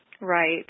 Right